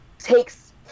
takes